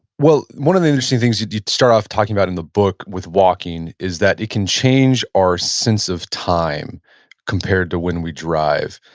well, one of the interesting things you start off talking about in the book with walking is that it can change our sense of time compared to when we drive,